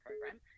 program